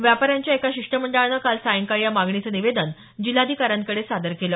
व्यापाऱ्यांच्या एका शिष्टमंडळानं काल सायंकाळी या मागणीचं निवेदन जिल्हाधिकाऱ्यांकडे सादर केलं